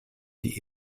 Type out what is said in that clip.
die